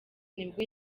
nibwo